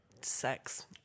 sex